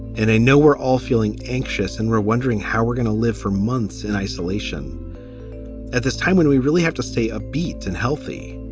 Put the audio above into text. and i know we're all feeling anxious and we're wondering how we're gonna live four months in isolation at this time when we really have to stay a beat and healthy.